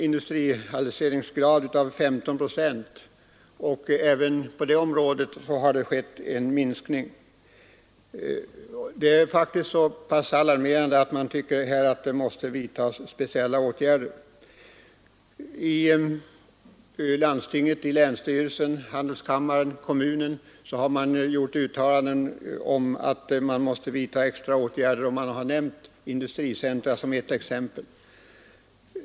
Industrialiseringsgraden var 15 procent, och även i detta fall har en minskning skett. Siffrorna är så pass alarmerande att speciella åtgärder måste vidtas. I landstinget, länsstyrelsen, handelskammaren och kommunen har uttalanden gjorts om att extra åtgärder måste sättas in. Industricentra har nämnts såsom exempel.